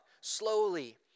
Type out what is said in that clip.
slowly